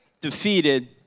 defeated